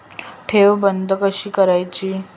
ठेव बंद कशी करायची?